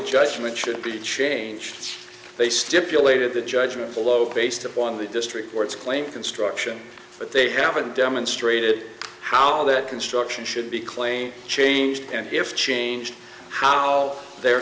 judgment should be changed they stipulated the judgment follow based upon the district court's claim construction but they haven't demonstrated how that construction should be claimed changed and if changed how they